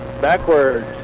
backwards